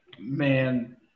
Man